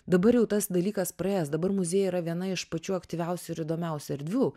dabar jau tas dalykas praėjęs dabar muziejai yra viena iš pačių aktyviausių ir įdomiausių erdvių